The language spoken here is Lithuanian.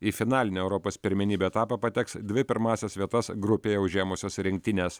į finalinį europos pirmenybių etapą pateks dvi pirmąsias vietas grupėje užėmusios rinktinės